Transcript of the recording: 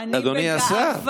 שמעתי,